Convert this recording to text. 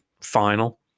final